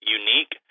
unique